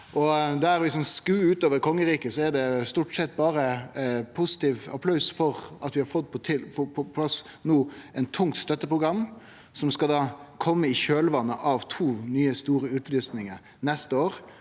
Om vi skodar utover kongeriket, er det stort sett berre positiv applaus for at vi no har fått på plass eit tungt støtteprogram som skal kome i kjølvatnet av to nye store utlysingar neste år